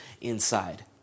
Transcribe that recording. inside